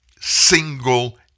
single